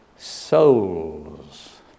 souls